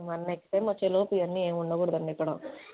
మరి next time వచ్చేలోపు ఇవన్నీ ఏమి ఉండకూడదండి ఇక్కడ